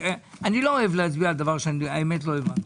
אני לא אוהב להצביע על דבר שאני האמת לא הבנתי.